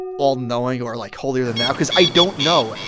all-knowing or, like, holier-than-thou cause i don't know.